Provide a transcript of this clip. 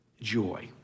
joy